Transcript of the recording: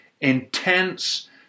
intense